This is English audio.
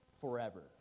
forever